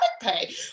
pay